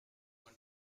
want